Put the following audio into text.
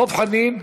דב חנין,